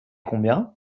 combien